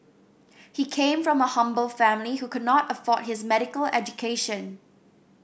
he came from a humble family who could not afford his medical education